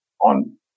on